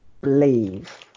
believe